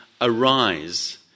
arise